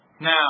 Now